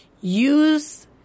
use